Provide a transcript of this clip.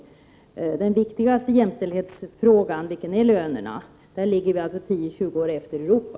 I den viktigaste jämställdhetsfrågan, dvs. lönerna, ligger Sverige 10—20 år efter Europa.